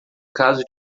caso